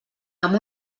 amb